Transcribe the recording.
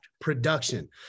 production